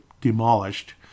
demolished